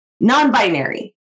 non-binary